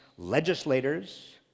legislators